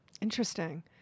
Interesting